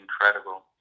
incredible